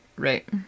Right